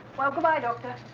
well goodbye doctor.